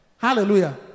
Hallelujah